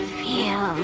feel